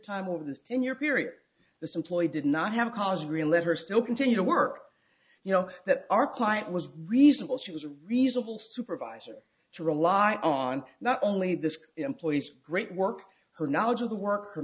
time over this ten year period this employee did not have a college degree let her still continue to work you know that our client was reasonable she was reasonable supervisor to rely on not only this employee's great work her knowledge of the work